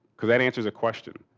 because that answers a question.